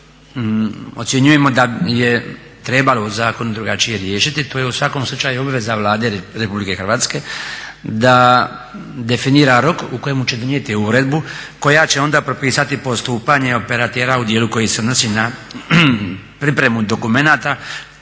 ocjenjujemo da je trebalo u zakonu drugačije riješiti, to je u svakom slučaju obveza Vlade Republike Hrvatske da definira rok u kojem će donijeti uredbu koja će onda propisati postupanje operatera u dijelu koji se odnosi na pripremu dokumenata